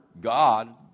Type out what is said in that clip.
God